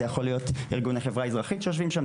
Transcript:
זה יכול להיות ארגוני חברה אזרחית שיושבים שם,